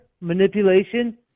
manipulation